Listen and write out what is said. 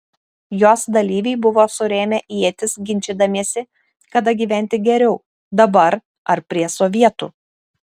jos dalyviai buvo surėmę ietis ginčydamiesi kada gyventi geriau dabar ar prie sovietų